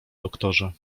doktorze